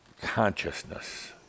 consciousness